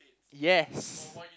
yes